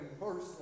personally